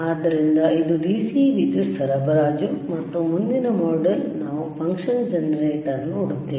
ಆದ್ದರಿಂದ ಇದು DC ವಿದ್ಯುತ್ ಸರಬರಾಜು ಮತ್ತು ಮುಂದಿನ ಮಾಡ್ಯೂಲ್ ನಾವು ಫಂಕ್ಷನ್ ಜನರೇಟರ್ ಅನ್ನು ನೋಡುತ್ತೇವೆ